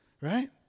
right